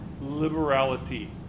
liberality